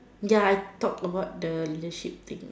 ya talk about the leadership thing